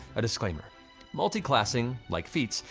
a disclaimer multiclassing, like feats,